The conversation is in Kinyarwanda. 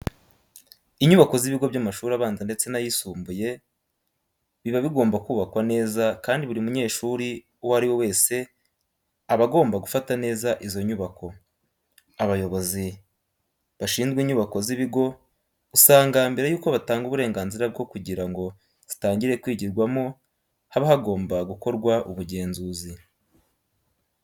Inyubako z'ibigo by'amashuri abanza ndetse n'ayisumbuye biba bigomba kubakwa neza kandi buri munyeshuri uwo ari we wese aba agomba gufata neza izo nyubako. Abayobozi bashinzwe inyubako z'ibigo usanga mbere yuko batanga uburenganzira bwo kugira ngo zitangire kwigirwamo haba hagomba gukorwa ubugenzuzi.